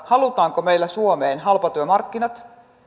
halutaanko meillä suomeen halpatyömarkkinat